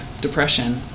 depression